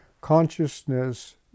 Consciousness